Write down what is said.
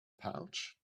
pouch